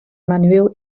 manueel